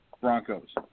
Broncos